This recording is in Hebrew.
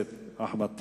הכנסת אחמד טיבי.